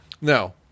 No